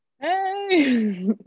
hey